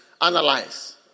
analyze